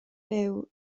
byw